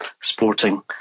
sporting